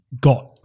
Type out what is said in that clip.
got